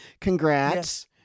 Congrats